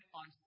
on